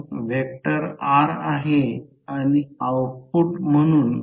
तर आणि हे 2 सेंटीमीटर आहे ते 2 सेंटीमीटर आहे हे 2 सेंटीमीटर आहे